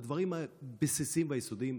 לדברים הבסיסיים והיסודיים,